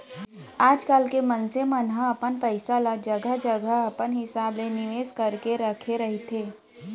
आजकल के मनसे मन ह अपन पइसा ल जघा जघा अपन हिसाब ले निवेस करके रखे रहिथे